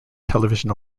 television